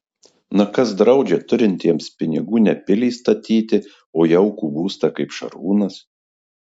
na kas draudžia turintiems pinigų ne pilį statyti o jaukų būstą kaip šarūnas